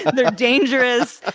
they're dangerous.